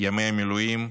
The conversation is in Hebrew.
ימי המילואים,